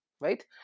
right